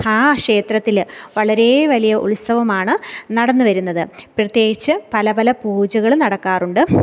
ആ ക്ഷേത്രത്തിൽ വളരെ വലിയ ഉത്സവമാണ് നടന്ന് വരുന്നത് പ്രത്യേകിച്ച് പല പല പൂജകളും നടക്കാറുണ്ട്